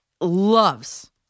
loves